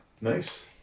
Nice